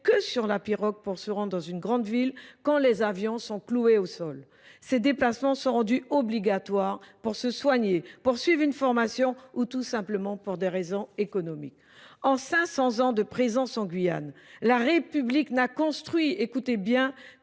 que sur la pirogue pour se rendre dans une grande ville lorsque les avions sont cloués au sol. Ces déplacements sont pourtant obligatoires pour se soigner, pour suivre une formation ou tout simplement pour des raisons économiques. En 500 ans de présence en Guyane, la République n’a construit que